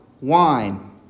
wine